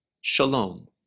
Shalom